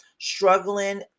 struggling